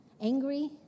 angry